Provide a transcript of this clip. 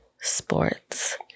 sports